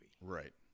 right